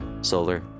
solar